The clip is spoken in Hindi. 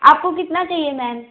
आपको कितना चहिए मैम